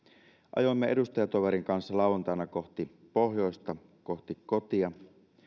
ajoimme edustajatoverin kanssa lauantaina kohti pohjoista kohti kotia